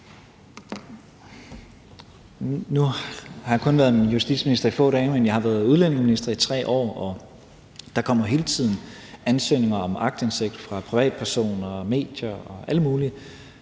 Nu har jeg kun været justitsminister i få dage, men jeg har været udlændingeminister i 3 år, og der kommer hele tiden ansøgninger om aktindsigt fra privatpersoner og medier og alle mulige.